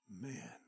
man